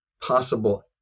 possible